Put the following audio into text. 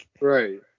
Right